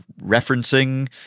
referencing